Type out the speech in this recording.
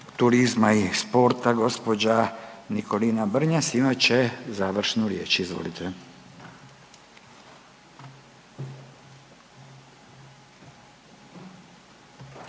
turizma i sporta gđa. Nikolina Brnjac imat će završnu riječ, izvolite.